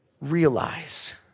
realize